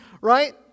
right